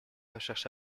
recherche